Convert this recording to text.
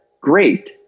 Great